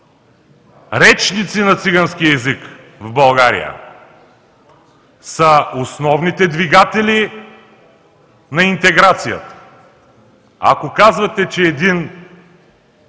речници на цигански език в България, са основните двигатели на интеграцията. Ако казвате, че един